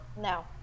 No